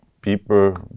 people